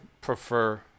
prefer